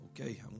okay